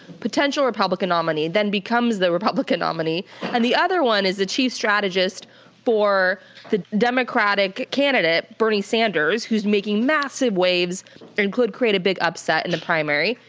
potential republican nominee, then becomes the republican nominee and the other one is the chief strategist for the democratic candidate, bernie sanders, who's making massive waves that could create a big upset in the primary.